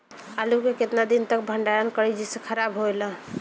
आलू के केतना दिन तक भंडारण करी जेसे खराब होएला?